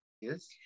Yes